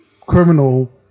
criminal